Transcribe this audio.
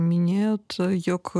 minėjot jog